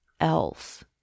else